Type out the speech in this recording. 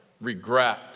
regret